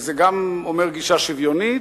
זה גם אומר גישה שוויונית,